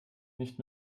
nicht